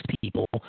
people